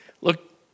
Look